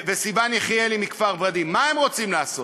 וסיון יחיאלי מכפר-ורדים, מה הם רוצים לעשות?